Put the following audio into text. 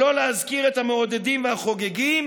שלא להזכיר את המעודדים והחוגגים,